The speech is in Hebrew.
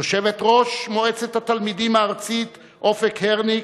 יושבת-ראש מועצת התלמידים הארצית אופק הרניק,